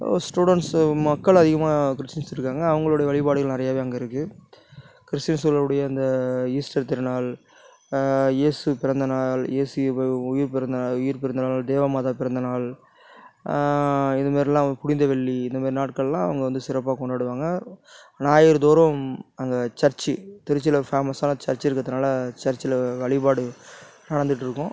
students மக்களை அதிகமாக Christians இருக்காங்க அவங்களோட வழிபாடுகள் நிறையாவே அங்கே இருக்கு கிறிஸ்டின்ஸ் சொல்ல கூடிய அந்த ஈஸ்டர் திருநாள் ஏசு பிறந்தநாள் ஏசு உயிர் பிரிந்த நாள் தேவமாதா பிறந்த நாள் இது மாதிரிலாம் புனிதவெள்ளி இந்த மாதிரி நாட்கள்லாம் அவங்கள் சிறப்பாக கொண்டாடுவாங்க ஞாயிறு தோறும் அங்கே சர்ச்சி திருச்சியில் ஃபேமஸான சர்ச்சி இருக்கிறதுனால சர்ச்சில் வழிபாடு நடந்துகிட்ருக்கும்